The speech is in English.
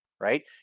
right